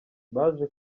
baje